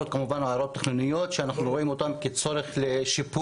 ההערות כמובן הערות תכנוניות שאנחנו רואים אותם כצורך לשיפור.